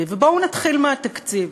בואו נתחיל מהתקציב.